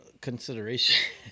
consideration